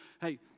hey